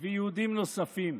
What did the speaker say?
ויהודים נוספים.